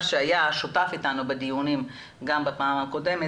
שהיה שותף איתנו בדיונים גם בפעם הקודמת,